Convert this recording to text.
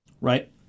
Right